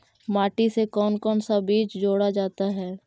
माटी से कौन कौन सा बीज जोड़ा जाता है?